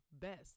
best